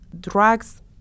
drugs